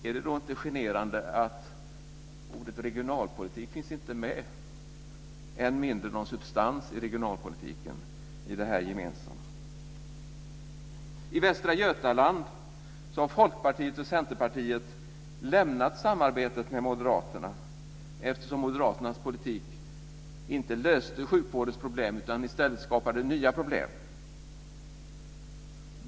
Är det då inte generande att ordet regionalpolitik inte finns med - och att det än mindre är någon substans i regionalpolitiken - i den här gemensamma reservationen? I Västra Götaland har Folkpartiet och Centerpartiet lämnat samarbetet med Moderaterna eftersom Moderaternas politik inte löste sjukvårdens problem utan i stället skapade nya problem.